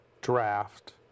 draft